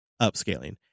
upscaling